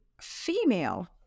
female